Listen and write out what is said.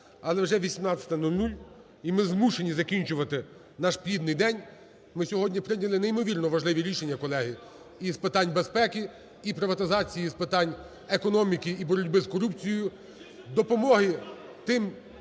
Але вже 18:00, і ми змушені закінчувати наш плідний день. Ми сьогодні прийняли неймовірно важливі рішення, колеги, і з питань безпеки, і приватизації, з питань економіки і боротьби з корупцією, допомоги тим,